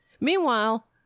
Meanwhile